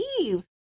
Eve